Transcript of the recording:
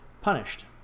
punished